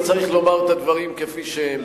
אז צריך לומר את הדברים כפי שהם.